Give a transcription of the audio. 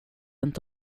inte